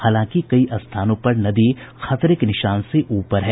हालांकि कई स्थानों पर नदी खतरे के निशान से ऊपर है